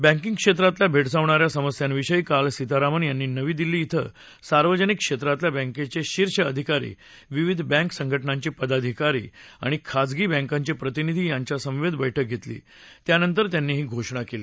banking क्षेत्राला भेडसावणाऱ्या समस्यांविषयी काल सीतारामन यांनी नवी दिल्ली धिं सार्वजनिक क्षेत्रातल्या बँकेचे शीर्ष अधिकारी विविध बँक संघटनांचे पदाधिकारी आणि खाजगी बँकांचे प्रतिनिधी यांच्या समवेत बैठक घेतली त्यानंतर त्यांनी ही घोषणा केली